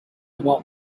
want